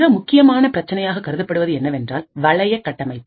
மிக முக்கியமான பிரச்சனையாக கருதப்படுவது என்னவென்றால் வளைய கட்டமைப்பு